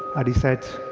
and he said,